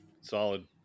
Solid